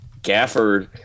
Gafford